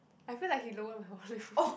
I feel like he lowered my volume